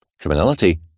criminality